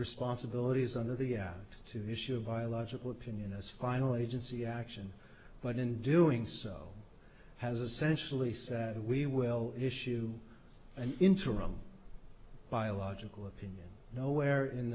responsibilities under the two issue of biological opinion is finally agency action but in doing so has essentially said we will issue an interim biological opinion nowhere in